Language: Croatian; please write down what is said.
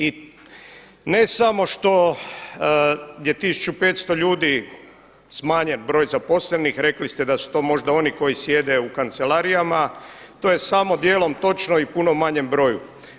I ne samo što je tisuću 500 ljudi je smanjen broj zaposlenih, rekli ste da su to možda oni koji sjede u kancelarijama, to je samo dijelom točno i puno manjem broju.